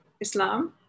Islam